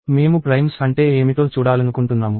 మేము ప్రైమ్స్ అంటే ఏమిటో చూడాలనుకుంటున్నాము